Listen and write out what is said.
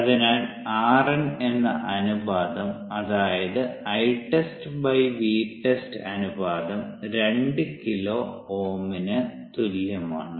അതിനാൽ RN എന്ന അനുപാതം അതായത് Itest Vtest അനുപാതം 2 കിലോ Ω ന് തുല്യമാണ്